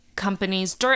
companies